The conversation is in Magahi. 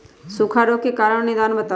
सूखा रोग के कारण और निदान बताऊ?